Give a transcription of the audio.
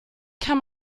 kann